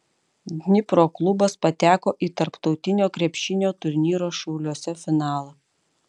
dnipro klubas pateko į tarptautinio krepšinio turnyro šiauliuose finalą